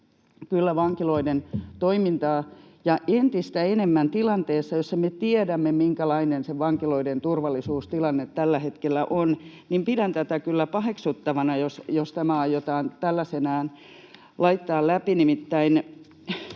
vankiloiden toimintaa. Entistä enemmän tilanteessa, kun me tiedämme, minkälainen se vankiloiden turvallisuustilanne tällä hetkellä on, pidän tätä kyllä paheksuttavana, jos tämä aiotaan tällaisenaan laittaa läpi.